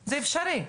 זה אפשרי.